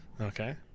Okay